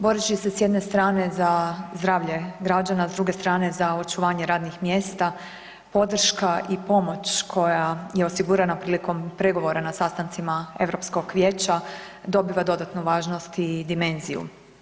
Boreći se s jedne strane za zdravlje građana, s druge strane za očuvanje radnih mjesta podrška i pomoć koja je osigurana prilikom pregovora na sastancima Europskog vijeća dobiva dodatnu važnost i dimenziju.